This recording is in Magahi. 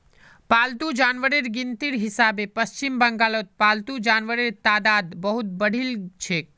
पालतू जानवरेर गिनतीर हिसाबे पश्चिम बंगालत पालतू जानवरेर तादाद बहुत बढ़िलछेक